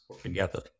together